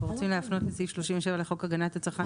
אנחנו רוצים להפנות את סעיף 37 לחוק הגנת הצרכן,